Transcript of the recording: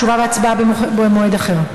תשובה והצבעה במועד אחר.